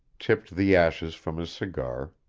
tipped the ashes from his cigar,